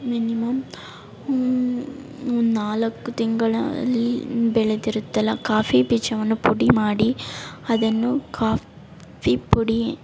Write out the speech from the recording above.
minimum ನಾಲ್ಕು ತಿಂಗಳಲ್ಲಿ ಬೆಳೆದಿರುತ್ತಲ್ಲ ಕಾಫೀ ಬೀಜವನ್ನು ಪುಡಿ ಮಾಡಿ ಅದನ್ನು ಕಾಫಿ ಪುಡಿ